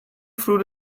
through